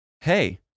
Hey